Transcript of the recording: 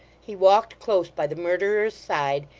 he walked close by the murderer's side,